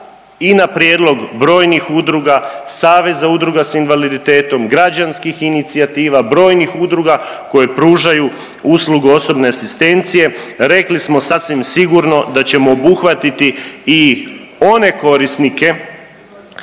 i na prijedlog brojnih udruga, Saveza udruga s invaliditetom, građanskih inicijativa, brojnih udruga koje pružaju uslugu osobne asistencije rekli smo sasvim sigurno da ćemo obuhvatiti i one korisnike